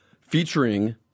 featuring